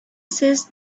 says